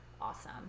awesome